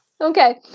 okay